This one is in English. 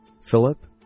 philip